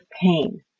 pain